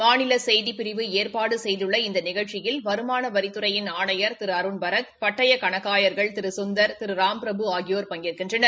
மாநில செய்திப்பிரிவு ஏற்பாடு செய்துள்ள இந்த நிகழ்ச்சியில் வருமான வரித்துறையின் ஆணையா திரு அருண்பரத் பட்டாய கண்காயர்கள் திரு சுந்தர் திரு ராம் பிரபு ஆகியோர் பங்கேற்கின்றனர்